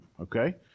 okay